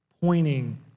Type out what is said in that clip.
pointing